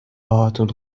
باهاتون